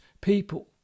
people